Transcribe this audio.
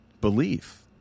Belief